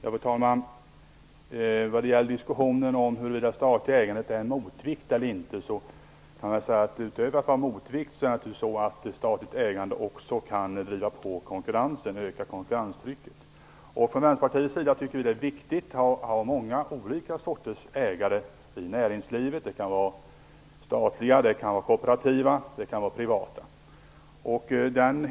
Fru talman! Vad gäller diskussionen om huruvida det statliga ägandet är en motvikt eller inte kan jag säga att statligt ägande utöver att vara motvikt också kan driva på konkurrensen och öka konkurrenstrycket. Från Vänsterpartiets sida tycker vi att det är viktigt att ha många olika sorters ägare i näringslivet. De kan vara statliga, kooperativa och privata.